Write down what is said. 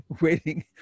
waiting